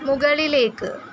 മുകളിലേക്ക്